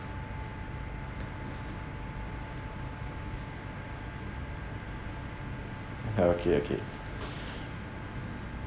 ha okay okay